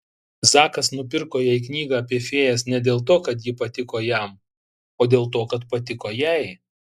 zakas nupirko jai knygą apie fėjas ne dėl to kad ji patiko jam o dėl to kad patiko jai